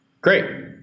great